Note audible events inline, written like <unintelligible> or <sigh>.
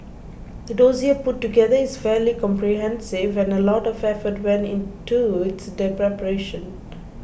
the dossier put together is fairly comprehensive and a lot of effort went into its <unintelligible> preparation